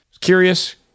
Curious